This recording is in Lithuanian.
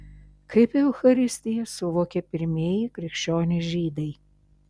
kaip eucharistiją suvokė pirmieji krikščionys žydai